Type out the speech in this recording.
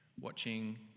watching